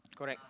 correct